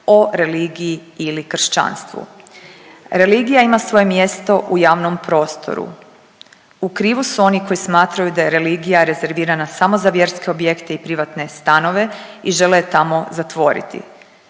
o religiji ili kršćanstvu. Religija ima svoje mjesto u javnom prostoru. U krivu su oni koji smatraju da je religija rezervirana samo za vjerske objekte i privatne stanove i žele je tamo zatvoriti.